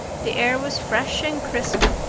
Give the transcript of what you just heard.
the air was fresh and crisp,